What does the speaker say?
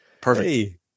Perfect